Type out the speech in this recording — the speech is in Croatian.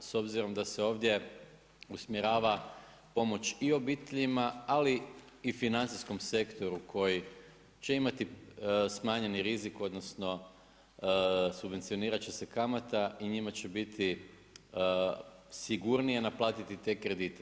S obzirom da se ovdje usmjerava pomoć i obiteljima ali i financijskom sektoru koji će imati smanjeni rizik odnosno subvencionirati će se kamata i njima će biti sigurnije naplatiti te kredite.